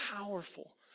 powerful